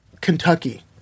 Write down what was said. Kentucky